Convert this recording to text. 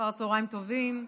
אחר הצוהריים טובים.